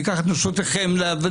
הוא ייקח את נשותיכם לטבחות,